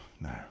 no